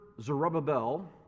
Zerubbabel